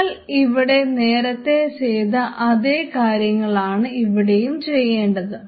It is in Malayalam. നിങ്ങൾ ഇവിടെ നേരത്തെ ചെയ്ത അതേ കാര്യങ്ങളാണ് ഇവിടെയും ചെയ്യേണ്ടത്